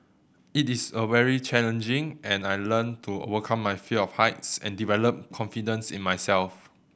it is a very challenging and I learnt to overcome my fear of heights and develop confidence in myself